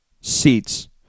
seats